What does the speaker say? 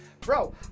Bro